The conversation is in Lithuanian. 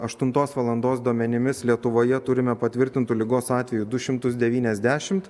aštuntos valandos duomenimis lietuvoje turime patvirtintų ligos atvejų du šimtus devyniasdešimt